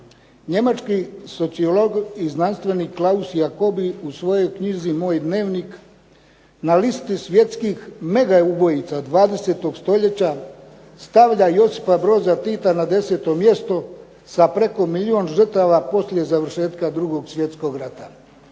"Njemački sociolog i znanstvenik Klaus Jacobi u svojoj knjizi "Moj dnevnik" na listi svjetskih megaubojica 20. stoljeća stavlja Josipa Broza Tita na 10. mjesto sa preko milijun žrtava poslije završetka 2. svjetskog rata."